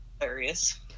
hilarious